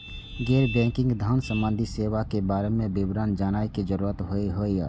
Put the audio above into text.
गैर बैंकिंग धान सम्बन्धी सेवा के बारे में विवरण जानय के जरुरत होय हय?